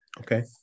okay